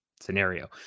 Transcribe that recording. scenario